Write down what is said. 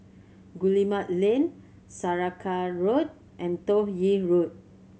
Guillemard Lane Saraca Road and Toh Yi Road